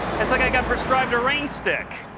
it's like i got prescribed a rain stick.